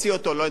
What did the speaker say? או לא יודע מה,